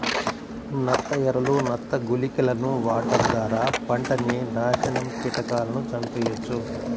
నత్త ఎరలు, నత్త గుళికలను వాడటం ద్వారా పంటని నాశనం కీటకాలను చంపెయ్యొచ్చు